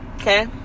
Okay